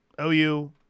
OU